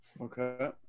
Okay